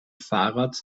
fahrrad